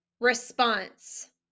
response